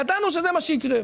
ידענו שזה מה שיקרה.